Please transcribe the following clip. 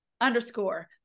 underscore